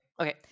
okay